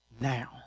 now